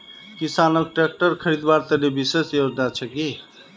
किसानोक ट्रेक्टर खरीदवार तने विशेष योजना छे कि?